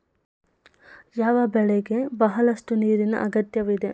ಯಾವ ಬೆಳೆಗೆ ಬಹಳಷ್ಟು ನೀರಿನ ಅಗತ್ಯವಿದೆ?